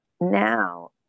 now